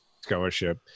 scholarship